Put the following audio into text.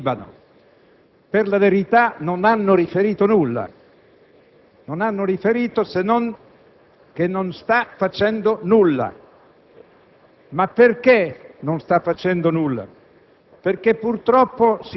della nostra missione in Libano. Per la verità, non hanno riferito nulla, se non che quella missione non sta facendo nulla.